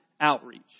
outreach